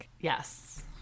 Yes